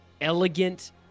elegant